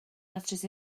datrys